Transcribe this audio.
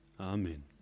Amen